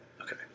Okay